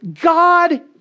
God